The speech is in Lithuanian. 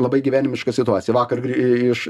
labai gyvenimiška situacija vakar gry iš